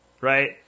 right